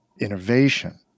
innovation